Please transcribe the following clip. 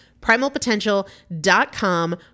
Primalpotential.com